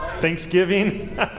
Thanksgiving